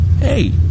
Hey